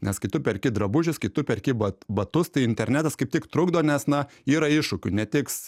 nes kai tu perki drabužius kai tu perki bat batus tai internetas kaip tik trukdo nes na yra iššūkių netiks